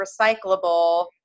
recyclable